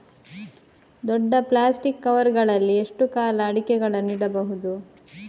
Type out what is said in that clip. ದೊಡ್ಡ plastic cover ಗಳಲ್ಲಿ ಎಷ್ಟು ಕಾಲ ಅಡಿಕೆಗಳನ್ನು ಇಡಬಹುದು?